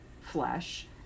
flesh